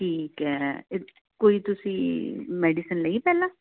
ਠੀਕ ਹੈ ਕੋਈ ਤੁਸੀਂ ਮੈਡੀਸਨ ਲਈ ਪਹਿਲਾਂ